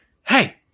hey